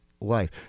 life